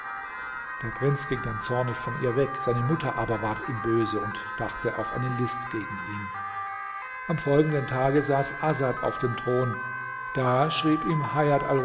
der prinz ging dann zornig von ihr weg seine mutter aber ward ihm böse und dachte auf eine list gegen ihn am folgenden tage saß asad auf dem thron da schrieb ihm